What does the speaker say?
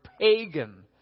pagan